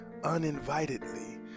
uninvitedly